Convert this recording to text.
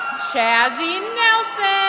chazy nelson.